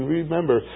remember